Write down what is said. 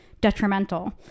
detrimental